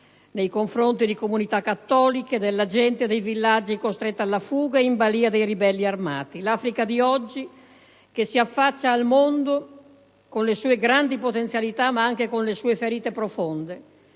nei confronti di comunità cattoliche, e dove la gente dei villaggi è costretta alla fuga e in balia ai ribelli armati. L'Africa di oggi, che si affaccia al mondo con le sue grande potenzialità, ma anche con le sue ferite profonde,